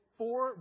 four